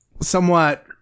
somewhat